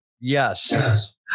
Yes